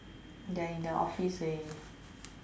they're in the office leh